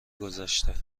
گذشته